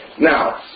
Now